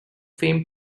fame